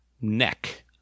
neck